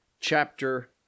chapter